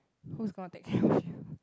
who's gonna take care of you